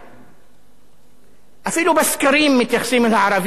אפילו בסקרים מתייחסים על הערבים כאל מפלגות ערביות,